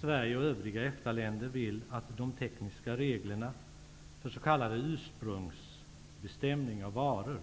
Sverige och övriga EFTA-länder vill att de tekniska reglerna för s.k. ursprungsbestämningar av varor